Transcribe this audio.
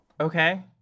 Okay